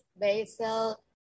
basil